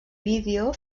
vídeo